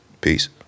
peace